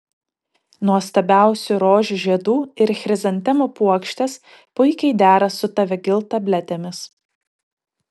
nuostabiausių rožių žiedų ir chrizantemų puokštės puikiai dera su tavegyl tabletėmis